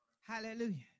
Hallelujah